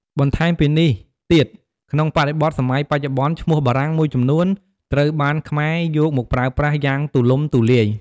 បន្ថែមពីនេះទៀត ក្នុងបរិបទសម័យបច្ចុប្បន្ន ឈ្មោះបារាំងមួយចំនួនត្រូវបានខ្មែរយកមកប្រើប្រាស់ យ៉ាងទូលំទូលាយ។